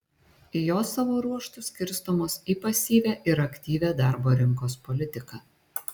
jos savo ruožtu skirstomos į pasyvią ir aktyvią darbo rinkos politiką